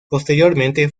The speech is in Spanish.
posteriormente